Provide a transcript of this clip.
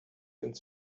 ins